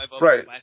Right